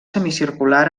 semicircular